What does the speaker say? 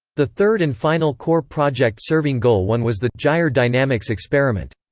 the third and final core project serving goal one was the gyre dynamics experiment.